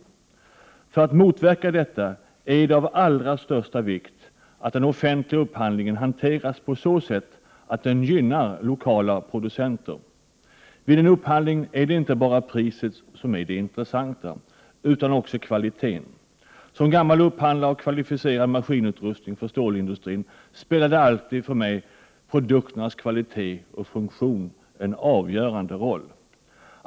För att motverka detta är det av allra största vikt att den offentliga upphandlingen hanteras på så sätt att den gynnar lokala producenter. Vid en upphandling är det inte bara priset som är det intressanta utan också kvaliteten. Jag har som gammal upphandlare av kvalificerad maskinutrustning för stålindustrin alltid ansett att kvalitet och funktion spelar en avgörande roll.